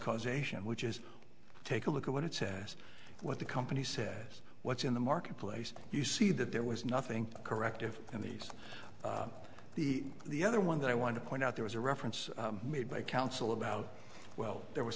causation which is take a look at what it says what the company says what's in the marketplace you see that there was nothing corrective in these the the other one that i want to point out there was a reference made by counsel about well there was